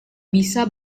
bisa